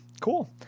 Cool